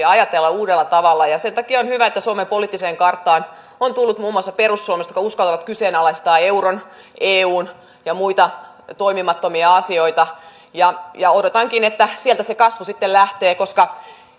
ja ajatella uudella tavalla sen takia on hyvä että suomen poliittiseen karttaan ovat tulleet muun muassa perussuomalaiset jotka uskaltavat kyseenalaistaa euron eun ja muita toimimattomia asioita odotankin että sieltä se kasvu sitten lähtee